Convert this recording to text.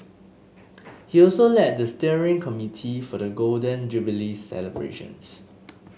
he also led the steering committee for the Golden Jubilee celebrations